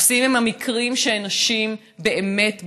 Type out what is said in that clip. אפסיים הם המקרים שנשים באמת בוחרות.